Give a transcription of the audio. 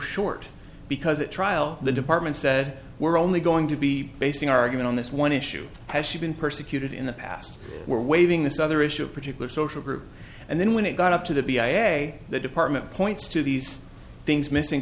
short because it trial the department said we're only going to be basing our argument on this one issue has she been persecuted in the past waving this other issue of particular social group and then when it got up to the b ira the department points to these things missing